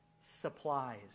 supplies